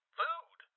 food